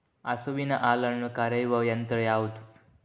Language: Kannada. ಹಸುವಿನ ಹಾಲನ್ನು ಕರೆಯುವ ಯಂತ್ರ ಯಾವುದು?